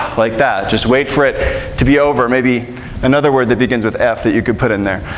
like that, just wait for it to be over, maybe another word that begins with f that you could put in there.